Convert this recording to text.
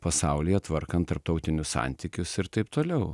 pasaulyje tvarkant tarptautinius santykius ir taip toliau